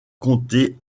comté